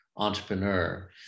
entrepreneur